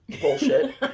bullshit